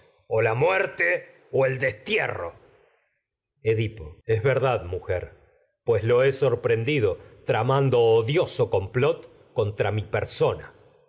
o la muerte o el destierro edipo es verdad mujer pues lo he sorprendido tramando odioso complot contra mi persona